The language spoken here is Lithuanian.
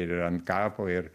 ir ant kapo ir